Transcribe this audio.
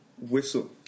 Whistle